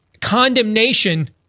condemnation